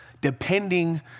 depending